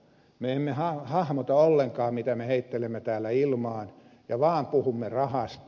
me emme hahmota ollenkaan mitä me heittelemme täällä ilmaan ja vaan puhumme rahasta